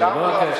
עזוב.